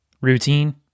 routine